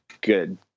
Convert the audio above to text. good